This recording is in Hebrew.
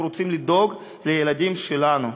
אנחנו רוצים לדאוג לילדים שלנו.